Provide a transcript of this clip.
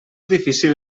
difícil